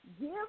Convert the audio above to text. give